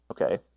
okay